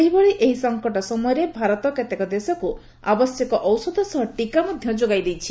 ସେହିଭଳି ଏହି ସଙ୍କଟ ସମୟରେ ଭାରତ କେତେକ ଦେଶକୁ ଆବଶ୍ୟକ ଔଷଧ ସହ ଟିକା ମଧ୍ୟ ଯୋଗାଇ ଦେଇଛି